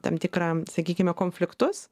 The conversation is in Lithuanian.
tam tikrą sakykime konfliktus